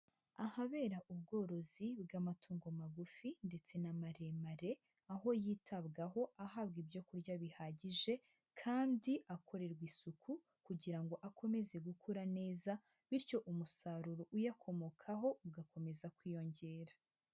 Ahabera ubworozi bw'amatungo magufi ndetse n'amaremare, aho yitabwaho ahabwa ibyo kurya bihagije kandi akorerwa isuku kugira ngo akomeze gukura neza bityo umusaruro uyakomokaho ugakomeza kwiyongera.